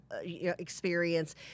experience